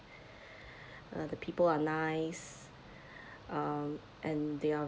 uh the people are nice um and they are